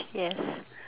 yes